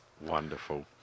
Wonderful